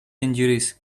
injuries